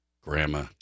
grandma